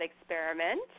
experiment